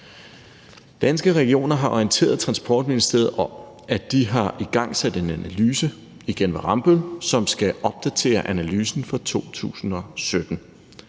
Danske Regioner har orienteret Transportministeriet om, at de har igangsat en analyse igennem Rambøll, som skal opdatere analysen fra 2017.